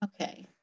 Okay